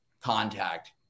contact